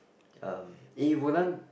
um it wouldn't